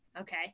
okay